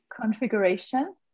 configuration